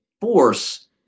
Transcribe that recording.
force